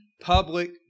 public